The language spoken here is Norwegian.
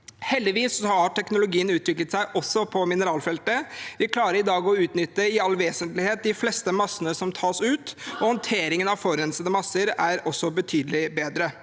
Heldigvis har teknologien utviklet seg også på mineralfeltet. Vi klarer i dag å utnytte i all vesentlighet de fleste massene som tas ut, og håndteringen av forurensede masser er også betydelig bedre.